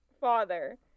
father